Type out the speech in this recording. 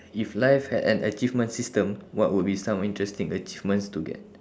if life had an achievement system what would be some interesting achievements to get